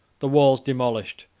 the walls demolished,